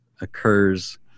occurs